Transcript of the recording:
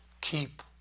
keep